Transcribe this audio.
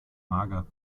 mager